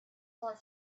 far